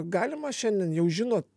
galima šiandien jau žinot